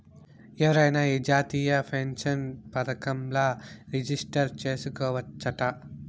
ఎవరైనా ఈ జాతీయ పెన్సన్ పదకంల రిజిస్టర్ చేసుకోవచ్చట